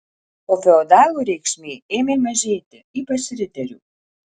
o feodalų reikšmė ėmė mažėti ypač riterių